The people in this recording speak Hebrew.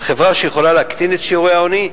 חברה שיכולה להקטין את שיעורי העוני,